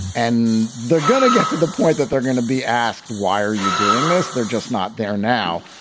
and they're going to get to the point that they're going to be asked, why are you doing this? they're just not there now,